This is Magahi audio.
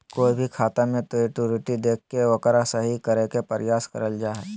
कोय भी खाता मे त्रुटि देख के ओकरा सही करे के प्रयास करल जा हय